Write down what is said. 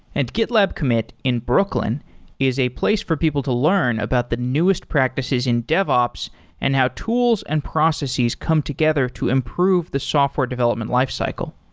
and gitlab commit in brooklyn is a place for people to learn about the newest practices in dev ops and how tools and processes come together to improve the software development lifecycle.